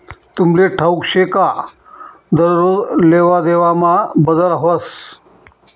तुमले ठाऊक शे का दरोज लेवादेवामा बदल व्हस